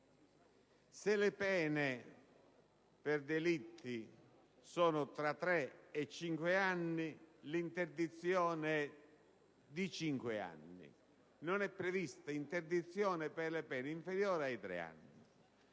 se le pene per delitti sono comprese tra i tre e i cinque, anni l'interdizione è di cinque anni; non è invece prevista interdizione per le pene inferiori ai tre anni.